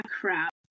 crap